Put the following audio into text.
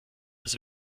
das